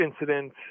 incident